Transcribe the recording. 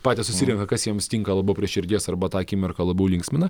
patys susirenka kas jiems tinka labiau prie širdies arba tą akimirką labiau linksmina